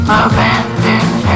abandoned